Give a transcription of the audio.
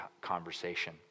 conversation